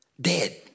Dead